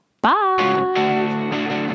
bye